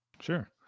sure